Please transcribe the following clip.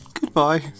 Goodbye